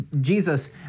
Jesus